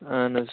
اہن حَظ